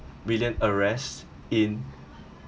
million arrests in